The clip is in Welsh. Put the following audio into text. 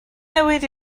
newid